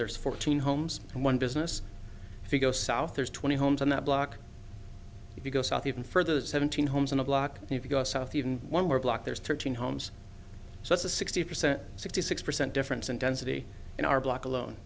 there's fourteen homes and one business if you go south there's twenty homes on that block if you go south even further seventeen homes in a block and if you go south even one more block there's thirteen homes so it's a sixty percent sixty six percent difference in density in our block alone